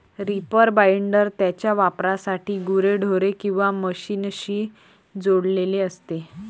reaper binder त्याच्या वापरासाठी गुरेढोरे किंवा मशीनशी जोडलेले असते